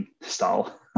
style